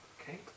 Okay